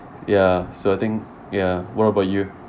ya so I think ya what about you